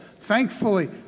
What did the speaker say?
Thankfully